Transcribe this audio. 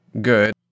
good